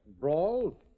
Brawl